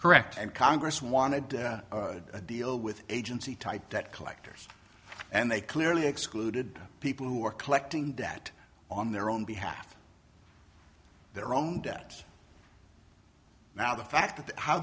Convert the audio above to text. correct and congress wanted to deal with agency type debt collectors and they clearly excluded people who are collecting debt on their own behalf their own debt now the fact that how